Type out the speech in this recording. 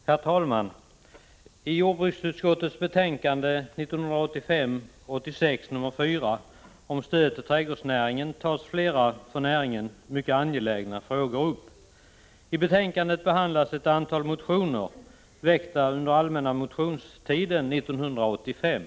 Herr talman! I jordbruksutskottets betänkande 1985/86:4 om stöd till trädgårdsnäringen tas flera för näringen mycket angelägna frågor upp. I betänkandet behandlas ett antal motioner väckta under den allmänna motionstiden 1985.